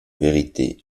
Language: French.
vérité